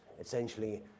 essentially